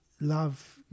love